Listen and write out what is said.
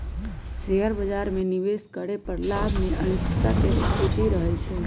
share बाजार में निवेश करे पर लाभ में अनिश्चितता के स्थिति रहइ छइ